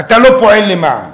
אתה לא פועל למען.